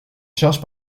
charge